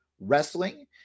wrestling